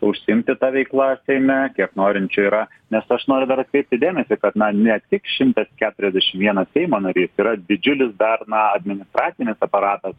užsiimti ta veikla seime kiek norinčių yra nes aš noriu dar atkreipti dėmesį kad na ne tik šimtas keturiasdešim vienas seimo narys yra didžiulis dar administracinis aparatas